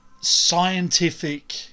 scientific